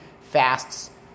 fasts